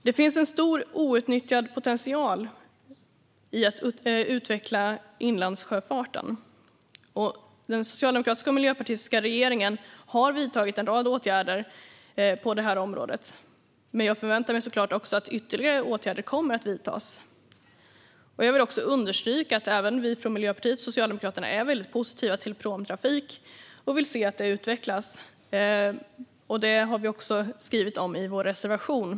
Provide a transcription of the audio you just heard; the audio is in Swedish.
Det finns en stor outnyttjad potential i att utveckla inlandssjöfarten. Den socialdemokratiska och miljöpartistiska regeringen har vidtagit en rad åtgärder på det här området. Men jag förväntar mig såklart att ytterligare åtgärder kommer att vidtas. Jag vill understryka att även vi från Miljöpartiet och Socialdemokraterna är väldigt positiva till pråmtrafik och vill se att den utvecklas. Det har vi också skrivit om i vår reservation.